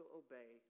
obey